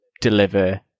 deliver